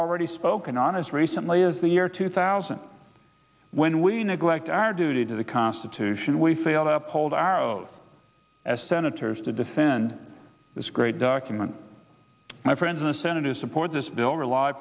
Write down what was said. already spoken on as recently as the year two thousand when we neglect our duty to the constitution we fail to uphold our oath as senators to defend this great document my friends in the senate who support this bill rely